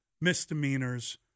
misdemeanors